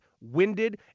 winded